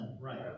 Right